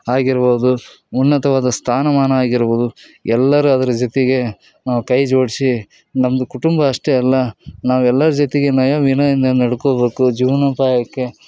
ಆಗಿರ್ಬೋದು ಉನ್ನತವಾದ ಸ್ಥಾನಮಾನ ಆಗಿರ್ಬೋದು ಎಲ್ಲರ ಅದ್ರ ಜೊತೆಗೆ ನಾವು ಕೈ ಜೋಡಿಸಿ ನಮ್ಮದು ಕುಟುಂಬ ಅಷ್ಟೇ ಅಲ್ಲ ನಾವೆಲ್ಲರ ಜೊತೆಗೆ ನಯ ವಿನಯದಿಂದ ನಡ್ಕೊಳ್ಬೇಕು ಜೀವನೋಪಾಯಕ್ಕೆ